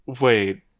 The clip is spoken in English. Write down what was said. wait